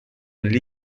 lhe